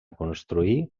construir